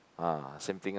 ah same thing ah